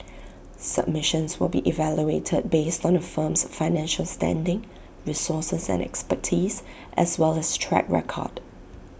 submissions will be evaluated based on A firm's financial standing resources and expertise as well as track record